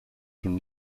from